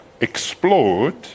explored